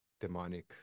demonic